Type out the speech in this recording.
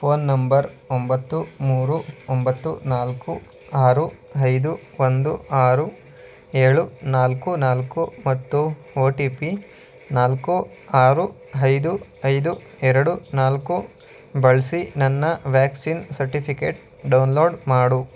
phone number ಒಂಬತ್ತು ಮೂರು ಒಂಬತ್ತು ನಾಲ್ಕು ಆರು ಐದು ಒಂದು ಆರು ಏಳು ನಾಲ್ಕು ನಾಲ್ಕು ಮತ್ತು ಒ ಟಿ ಪಿ ನಾಲ್ಕು ಆರು ಐದು ಐದು ಎರಡು ನಾಲ್ಕು ಬಳಸಿ ನನ್ನ ವ್ಯಾಕ್ಸಿನ್ ಸರ್ಟಿಫಿಕೇಟ್ ಡೌನ್ಲೋಡ್ ಮಾಡು